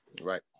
Right